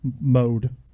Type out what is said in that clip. mode